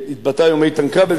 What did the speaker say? שהתבטא היום איתן כבל,